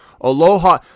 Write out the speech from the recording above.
Aloha